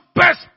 best